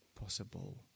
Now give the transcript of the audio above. possible